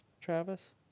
Travis